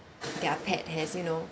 their pets has you know